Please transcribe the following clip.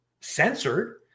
censored